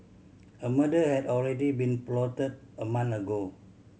a murder had already been plotted a month ago